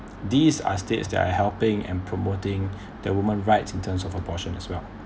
these are states that are helping and promoting the woman rights in terms of abortion as well